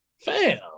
fam